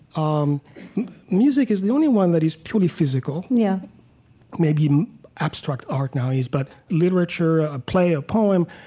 um music is the only one that is purely physical yeah maybe abstract art now is, but literature, a play, a poem,